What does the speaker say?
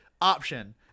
option